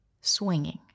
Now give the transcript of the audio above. swinging